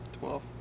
Twelve